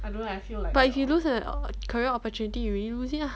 but if you lose your career opportunity you lose it lah